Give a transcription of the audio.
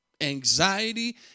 Anxiety